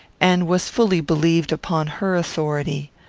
and was fully believed upon her authority.